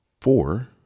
four